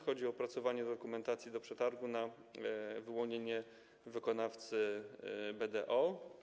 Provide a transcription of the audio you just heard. Chodzi o opracowanie dokumentacji do przetargu na wyłonienie wykonawcy BDO.